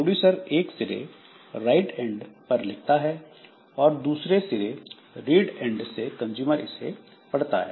producer एक सिरे write end पर लिखता है और दूसरे सिरे रीड एन्ड से कंजूमर इसे पढ़ता है